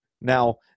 Now